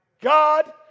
God